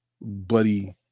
buddy